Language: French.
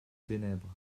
ténèbres